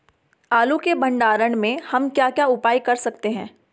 आलू के भंडारण में हम क्या क्या उपाय कर सकते हैं?